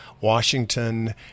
Washington